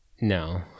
No